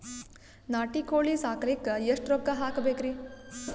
ನಾಟಿ ಕೋಳೀ ಸಾಕಲಿಕ್ಕಿ ಎಷ್ಟ ರೊಕ್ಕ ಹಾಕಬೇಕ್ರಿ?